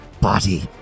body